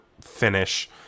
finish